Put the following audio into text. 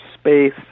space